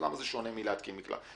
למה זה שונה מהתקנת מקלחת?